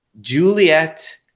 Juliet